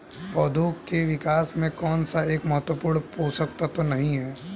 पौधों के विकास में कौन सा एक महत्वपूर्ण पोषक तत्व नहीं है?